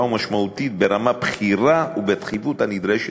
ומשמעותית ברמה בכירה ובדחיפות הנדרשת,